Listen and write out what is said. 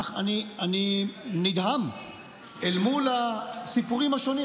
אני נדהם אל מול הסיפורים השונים.